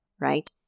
Right